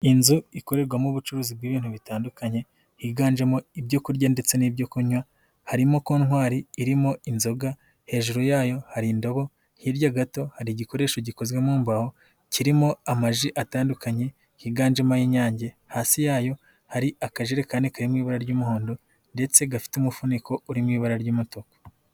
Inzu ikorerwamo ubucuruzi bw'ibintu bitandukanye higanjemo ibyo kurya ndetse n'ibyo kunywa, harimo kontwari irimo inzoga hejuru yayo hari indobo, hirya gato hari igikoresho gikozwe mu mbaho kirimo amaji atandukanye higanjemo ay'inyange, hasi yayo hari akajekane kari mu ibabura ry'umuhondo ndetse gafite umufuniko uri mu ibara ry'umutuku.